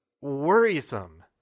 worrisome